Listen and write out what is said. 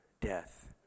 death